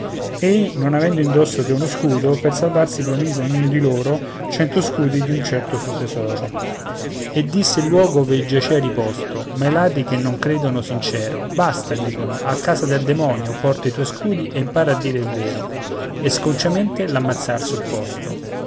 ei non avendo indosso che uno scudo per salvarsi promise a ognun di loro cento scudi di un certo suo tesoro e disse il luogo ove giacea riposto ma i ladri che nol credono sincero basta dicono a casa del demonio porta i tuoi scudi e impara a dire il vero e sconciamente l'ammazzr